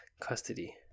custody